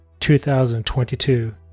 2022